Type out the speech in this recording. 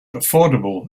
affordable